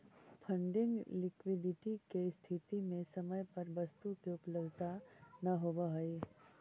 funding liquidity के स्थिति में समय पर वस्तु के उपलब्धता न होवऽ हई